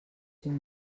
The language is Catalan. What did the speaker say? cinc